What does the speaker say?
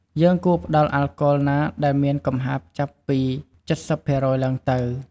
យើងគួរផ្តល់អាល់កុលណាដែលមានកំហាប់ចាប់ពី ៧០% ឡើងទៅ។